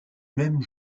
même